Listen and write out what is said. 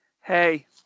Hey